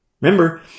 Remember